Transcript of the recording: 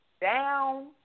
down